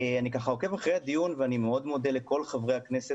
אני עוקב אחרי הדיון ואני מאוד מודה לכל חברי הכנסת